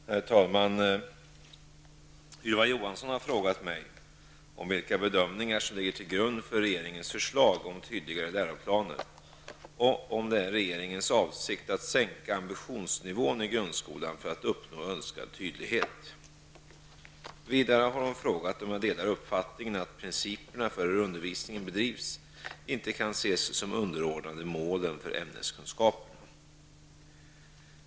Herr talman! Ylva Johansson har frågat mig om vilka bedömningar som ligger till grund för regeringens förslag om tydligare läroplaner och om det är regeringens avsikt att sänka ambitionsnivån i grundskolan för att uppnå önskad tydlighet. Vidare har hon frågat om jag delar uppfattningen att principerna för hur undervisningen bedrivs inte kan ses som underordnade målen för ämneskunskaperna.